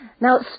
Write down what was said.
Now